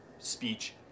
speech